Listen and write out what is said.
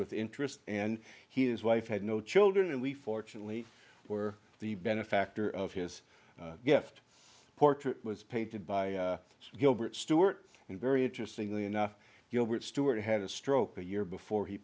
with interest and he and his wife had no children and we fortunately were the benefactor of his gift portrait was painted by gilbert stuart and very interesting enough you know stuart had a stroke a year before he